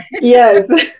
Yes